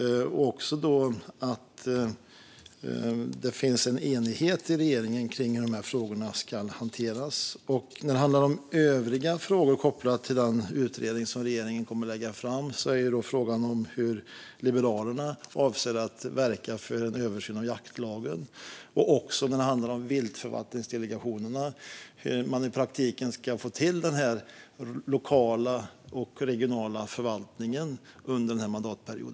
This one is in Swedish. Det är också viktigt att det finns en enighet inom regeringen kring hur dessa frågor ska hanteras. När det handlar om övriga frågor kopplade till den utredning som regeringen kommer att lägga fram är frågan hur Liberalerna avser att verka för en översyn av jaktlagen och också, när det handlar om viltförvaltningsdelegationerna, hur man i praktiken ska få till den lokala och regionala förvaltningen under denna mandatperiod.